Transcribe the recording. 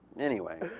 anyway